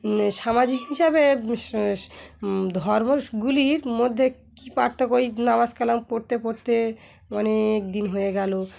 সামাজিক হিসাবে ধর্মগুলির মধ্যে কী পার্থক্যই নামাজ কালাম পড়তে পড়তে অনেক দিন হয়ে গেলো